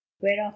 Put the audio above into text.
whereof